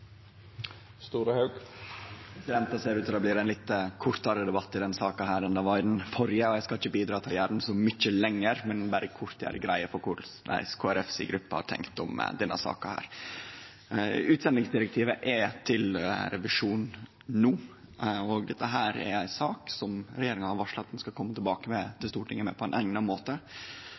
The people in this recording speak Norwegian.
arbeidsvilkår. Det ser ut til å bli ein litt kortare debatt i denne saka enn i den førre. Eg skal ikkje bidra til å gjere han så mykje lengre, men berre kort gjere greie for kva Kristeleg Folkepartis gruppe har tenkt om denne saka. Utsendingsdirektivet er til revisjon no. Dette er ei sak som regjeringa har varsla at ho skal kome tilbake til Stortinget med på ein eigna måte.